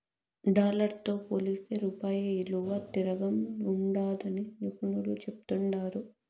dollar తో పోలిస్తే రూపాయి ఇలువ తిరంగుండాదని నిపునులు చెప్తాండారు